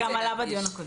זה גם עלה בדיון הקודם.